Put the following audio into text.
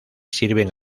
sirven